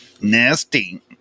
nasty